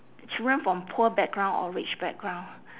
children from poor background or rich background